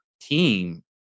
team